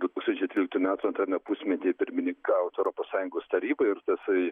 du tūkstančiai tryliktų metų antrame pusmety pirmininkaut europos sąjungos tarybai ir tasai